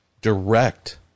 direct